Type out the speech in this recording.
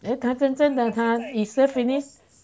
then 他真正的他一生 finish